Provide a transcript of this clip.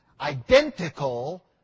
identical